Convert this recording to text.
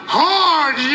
hard